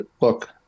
look